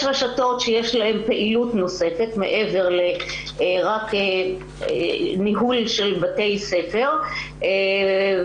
יש רשתות שיש להן פעילות נוספת מעבר לניהול של בתי הספר ואז